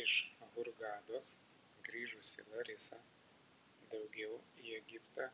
iš hurgados grįžusi larisa daugiau į egiptą